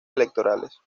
electorales